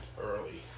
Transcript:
Early